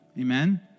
Amen